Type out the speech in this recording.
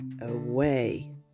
away